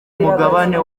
mugabane